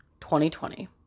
2020